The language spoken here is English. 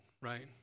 right